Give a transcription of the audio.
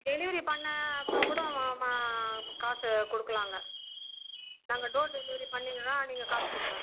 delivery பண்ண அப்புறம் கூட மா மா காசு கொடுக்கலாங்க நாங்கள் டோர் டெலிவரி பண்ணிடுறோம் நீங்கள் காசு கொடுங்க